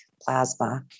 plasma